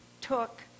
took